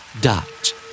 Dot